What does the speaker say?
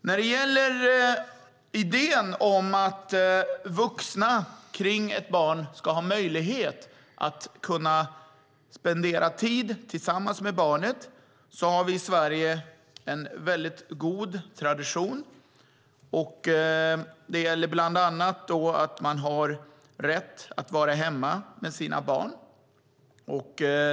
När det gäller idén om att vuxna kring ett barn ska ha möjlighet att spendera tid tillsammans med barnet har vi i Sverige en väldigt god tradition. Det gäller bland annat att man har rätt att vara hemma med sina barn.